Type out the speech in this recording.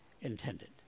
intended